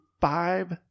five